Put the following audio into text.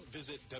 visit